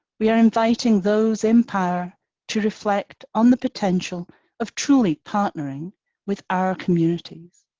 we are inviting those in power to reflect on the potential of truly partnering with our communities.